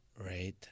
right